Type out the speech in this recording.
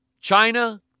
China